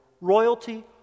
royalty